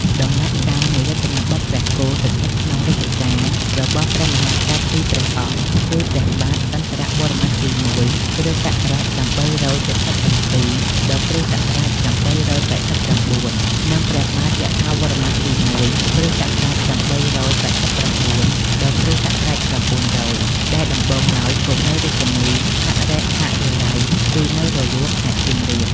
ដំណាក់កាលនៃរចនាបថព្រះគោ ស្ថិតក្នុងរជ្ជកាលរបស់ព្រះមហាក្សត្រពីរព្រះ អង្គគឺ ព្រះបាទឥន្ទ្រវរ្ម័នទី១ គ.ស. ៨៧៧ ដល់គ.ស. ៨៨៩ និងព្រះបាទយសោវរ្ម័ន ទី ១ គ.ស.៨៨៩ ដល់គ.ស. ៩០០ ដែលដំបូងឡើយគង់នៅរាជធានីហរិហរាល័យ គឺនៅរលួសខេត្តសៀមរាប។